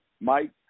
Mike